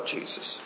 Jesus